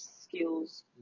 skills